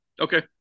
Okay